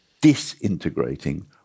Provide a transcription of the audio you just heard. disintegrating